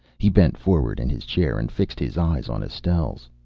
he bent forward in his chair and fixed his eyes on estelle's.